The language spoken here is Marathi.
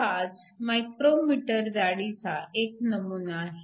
35μm जाडीचा एक नमुना आहे